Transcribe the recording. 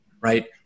right